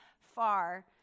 far